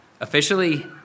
officially